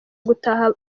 gutaha